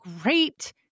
great